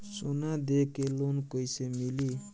सोना दे के लोन कैसे मिली?